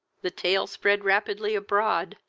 the tale spread rapidly abroad,